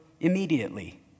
immediately